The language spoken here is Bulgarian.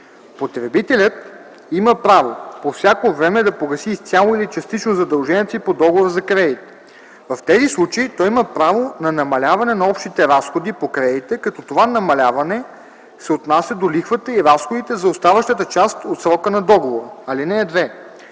Потребителят има право по всяко време да погаси изцяло или частично задълженията си по договора за кредит. В тези случаи той има право на намаляване на общите разходи по кредита, като това намаляване се отнася до лихвата и разходите за оставащата част от срока на договора. (2) Кредиторът